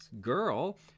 girl